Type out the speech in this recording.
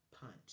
punch